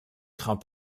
craint